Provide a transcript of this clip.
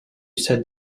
said